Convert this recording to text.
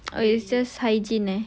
oh it's just hygiene ah